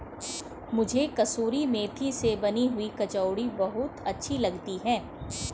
मुझे कसूरी मेथी से बनी हुई कचौड़ी बहुत अच्छी लगती है